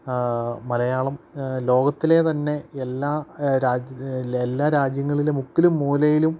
മലയാളം ലോകത്തിലെ തന്നെ എല്ലാ രാജ്യങ്ങളിലും മുക്കിലും മൂലയിലും